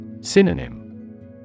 Synonym